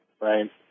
right